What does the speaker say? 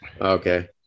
okay